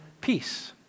peace